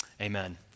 Amen